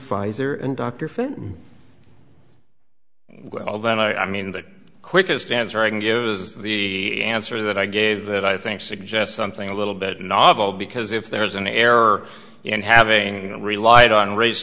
pfizer and dr fenton well then i mean the quickest answer i can give is the answer that i gave that i think suggests something a little bit novel because if there is an error in having a relied on race